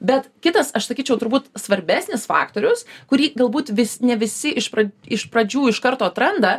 bet kitas aš sakyčiau turbūt svarbesnis faktorius kurį galbūt vis ne visi iš prad iš pradžių iš karto atranda